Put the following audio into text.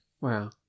Wow